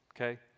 Okay